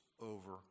over